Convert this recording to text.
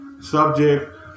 subject